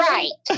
Right